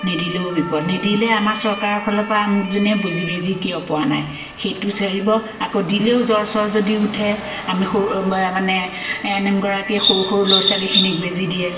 নিদিলেও বিপদ নিদিলে আমাৰ চৰকাৰৰ ফালৰ পৰা আমুকজনীয়ে বে বেজী কিয় পোৱা নাই সেইটো চিঞৰিব আকৌ দিলেও যদি জ্বৰ চৰ উঠে আমি সৰু মানে এ এন এম গৰাকীয়ে সৰু সৰু ল'ৰা ছোৱালীখিনিক বেজী দিয়ে